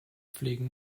pflegen